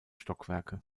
stockwerke